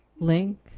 Link